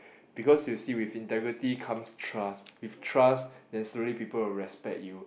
because you see with integrity comes trust with trust then slowly people will respect you